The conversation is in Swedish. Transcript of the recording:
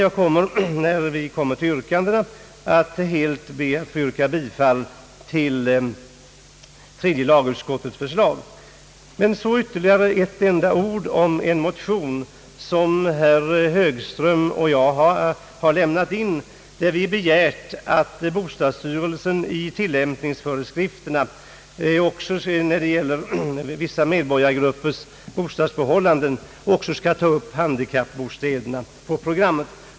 När vi kommer fram till yrkandena ämnar jag yrka bifall till tredje lagutskottets förslag. Herr Högström och jag har lämnat en motion, i vilken vi begärt att bostadsstyrelsen i tillämpningsföreskrifterna när det gäller vissa medborgargruppers bostadsförhållanden också skall ta upp handikappbostäderna.